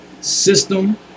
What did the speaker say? system